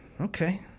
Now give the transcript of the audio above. Okay